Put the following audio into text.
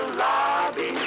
lobby